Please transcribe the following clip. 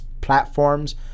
platforms